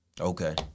Okay